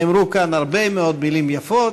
נאמרו כאן הרבה מאוד מילים יפות.